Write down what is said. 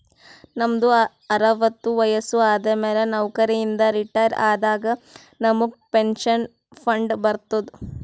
ನಮ್ದು ಅರವತ್ತು ವಯಸ್ಸು ಆದಮ್ಯಾಲ ನೌಕರಿ ಇಂದ ರಿಟೈರ್ ಆದಾಗ ನಮುಗ್ ಪೆನ್ಷನ್ ಫಂಡ್ ಬರ್ತುದ್